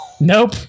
Nope